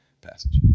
passage